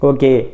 Okay